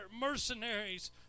mercenaries